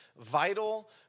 vital